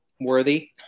worthy